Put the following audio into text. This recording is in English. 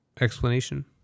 explanation